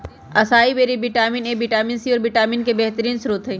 acai berry vitamin A, vitamin C, और vitamin E के बेहतरीन स्त्रोत हई